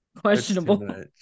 questionable